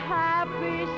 happy